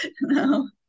no